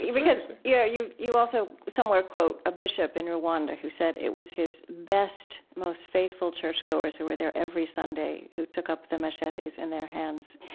it's serious yeah, you you also somewhere quote a bishop in rwanda who said it was his best, most faithful churchgoers who were there every sunday who took up the machetes in their hands.